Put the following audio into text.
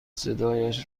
صدایش